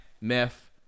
meth